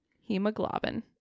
Hemoglobin